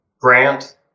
Grant